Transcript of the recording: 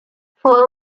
for